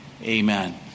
Amen